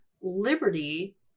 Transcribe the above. liberty